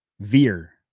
Veer